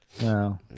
no